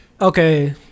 okay